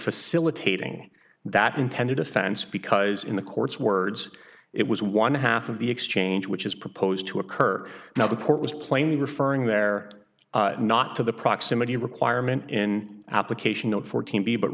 facilitating that intended offense because in the courts words it was one half of the exchange which is proposed to occur now the court was plainly referring there not to the proximity requirement in application note fourteen b but